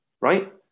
right